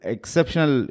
Exceptional